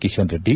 Kishan Reddy